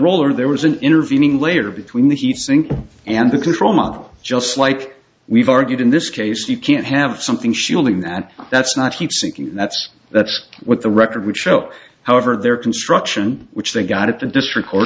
roller there was an intervening layer between the heat sink and the control model just like we've argued in this case you can't have something shielding that that's not heat seeking and that's that's what the record would show however their construction which they got at the district or